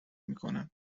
میکنم